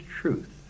truth